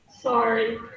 Sorry